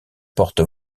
porte